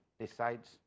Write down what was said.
decides